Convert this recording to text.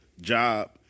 job